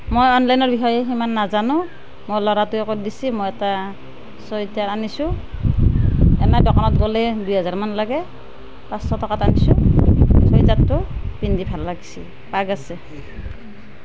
মই অনলাইনৰ বিষয়ে সিমান নাজানো মোৰ ল'ৰাটোৱে কৰি দিছে মই এটা চোৱেটাৰ আনিছোঁ এনেই দোকানত গ'লে দুই হাজাৰমান লাগে পাচশ টকাত আনিছোঁ চোৱেটাৰটো পিন্ধি ভাল লাগিছে পাগ আছে